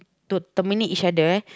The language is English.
to terminate each other eh